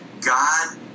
God